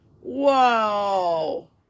wow